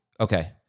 okay